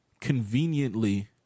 conveniently